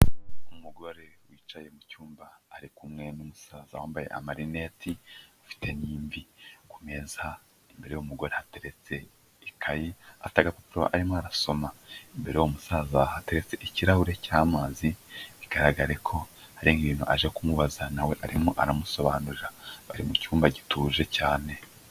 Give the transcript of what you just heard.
Umugore wicaye mucyumba ari kumwe n'umusaza wambaye amarineti ufite n'imvi, ku meza imbere y'uwo mugore hateretse ikayi afite agapapuro arimo arasoma imbere y'uwo musaza hatetse ikirahure cy'amazi bigaragare ko hari nk'ibintu aje kumubaza nawe arimo aramusobanurira bari mu cyumba gituje cyane.